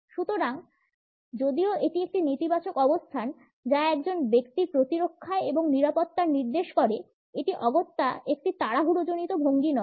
সুতরাং যদিও এটি একটি নেতিবাচক অবস্থান যা একজন ব্যক্তির প্রতিরক্ষার এবং নিরাপত্তার নির্দেশ করে এটা অগত্যা একটি তাড়াহুড়োজনিত ভঙ্গি নয়